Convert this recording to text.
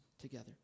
together